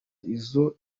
izo